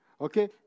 okay